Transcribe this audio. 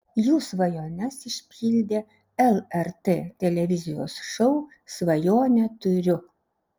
jų svajones išpildė lrt televizijos šou svajonę turiu